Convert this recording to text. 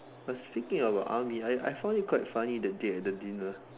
speaking about army I I found it quite funny that they had the dinner